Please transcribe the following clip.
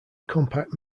compact